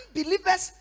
believers